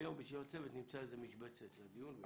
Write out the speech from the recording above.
והיום בישיבת צוות נמצא איזו משבצת לדיון.